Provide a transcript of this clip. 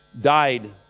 died